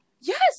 yes